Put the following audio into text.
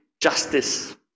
justice